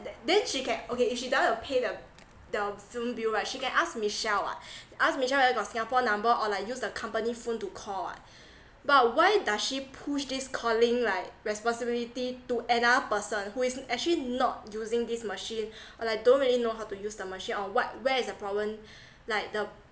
then she can okay if she don't want to pay the the phone bill right she can ask michelle [what] ask michelle whether got singapore number or like use the company phone to call [what] but why does she pushed this calling like responsibility to another person who is actually not using this machine or like don't really know how to use the machine or what where is a problem like the